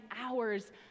hours